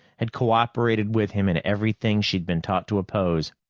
had cooperated with him in everything she'd been taught to oppose,